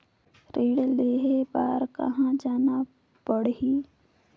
ऋण लेहे बार कहा जाना पड़ही?